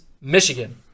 Michigan